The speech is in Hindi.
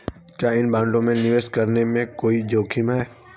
क्या इन बॉन्डों में निवेश करने में कोई जोखिम है?